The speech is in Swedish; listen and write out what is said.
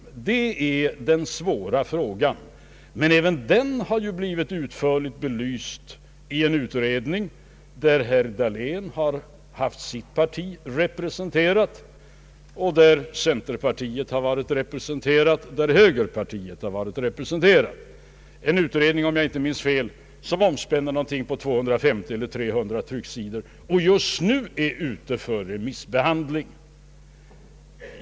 Det är den svåra frågan, men även den har blivit utförligt belyst i en utredning, där herr Dahléns parti varit representerat och där centerpartiet och högerpartiet varit representerade. Om jag inte minns fel omspänner denna utredning 250 eller 300 trycksidor, och den är just nu ute för remissbehandling.